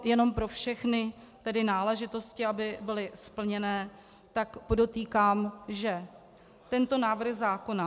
Jen pro všechny náležitosti, aby byly splněny, tak podotýkám, že tento návrh zákona...